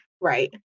Right